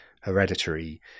hereditary